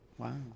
Wow